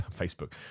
facebook